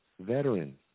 veteran